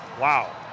Wow